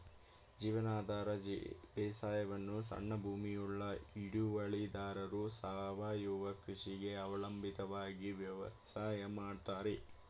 ಜೀವನಾಧಾರ ಬೇಸಾಯವನ್ನು ಸಣ್ಣ ಭೂಮಿಯುಳ್ಳ ಹಿಡುವಳಿದಾರರು ಸಾವಯವ ಕೃಷಿಗೆ ಅವಲಂಬಿತವಾಗಿ ವ್ಯವಸಾಯ ಮಾಡ್ತರೆ